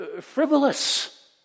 frivolous